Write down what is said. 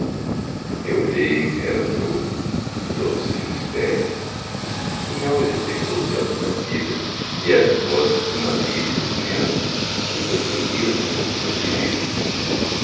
eu olhei ela olhou doce mistério minhalma despertou se à luz da vida e as vozes duma lira e dum piano juntas se uniram na canção querida